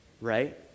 right